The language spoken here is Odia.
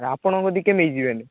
ଆପଣଙ୍କୁ ଟିକେ ନେଇଯିବେ ହେଲେ